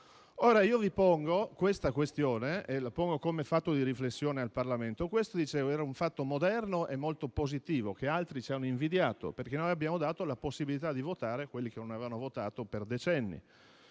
Ora io vi pongo la questione in termini di riflessione al Parlamento. Questo era un fatto moderno e molto positivo che altri ci hanno invidiato, perché abbiamo dato la possibilità di votare a quelli che non avevano votato per decenni.